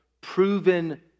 proven